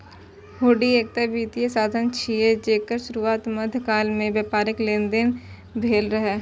हुंडी एकटा वित्तीय साधन छियै, जेकर शुरुआत मध्यकाल मे व्यापारिक लेनदेन लेल भेल रहै